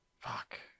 Fuck